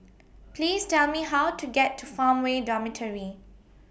Please Tell Me How to get to Farmway Dormitory